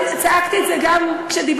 צעקתי את זה גם כשדיברת,